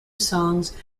songs